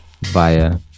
via